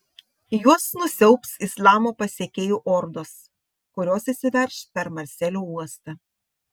juos nusiaubs islamo pasekėjų ordos kurios įsiverš per marselio uostą